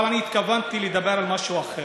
אבל אני התכוונתי לדבר על משהו אחר.